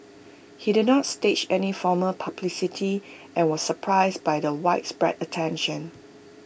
he did not stage any formal publicity and was surprised by the widespread attention